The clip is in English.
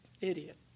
idiot